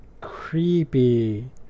creepy